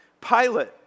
Pilate